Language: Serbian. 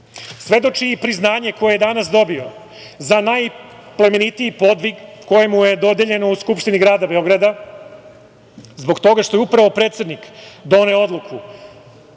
svedoči i priznanje koje je danas dobio za najplemenitiji podvig koje mu je dodeljeno u Skupštini grada Beograda, zbog toga što je upravo predsednik doneo odluku